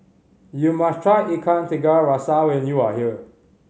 you must try Ikan Tiga Rasa when you are here